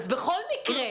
אז בכל מקרה.